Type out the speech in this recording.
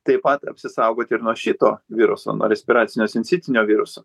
taip pat apsisaugoti ir nuo šito viruso nuo respiracinio sincitinio viruso